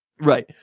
Right